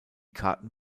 karten